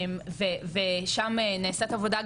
ושם נעשית העבודה,